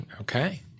Okay